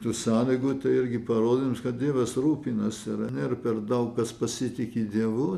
tų sąlygų tai irgi parodymas kad dievas rūpinasi yra nėr per daug kas pasitiki dievu